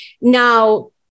Now